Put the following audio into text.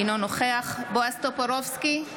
אינו נוכח בועז טופורובסקי,